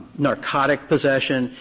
narcotic possession,